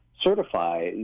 certify